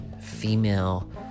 female